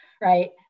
right